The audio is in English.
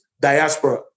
diaspora